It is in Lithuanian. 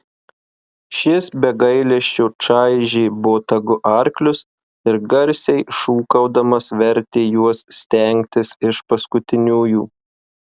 šis be gailesčio čaižė botagu arklius ir garsiai šūkaudamas vertė juos stengtis iš paskutiniųjų